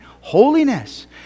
holiness